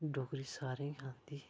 डोगरी सारें गी गै आंदी